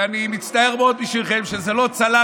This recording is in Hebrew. ואני מצטער מאוד בשבילכם שזה לא צלח,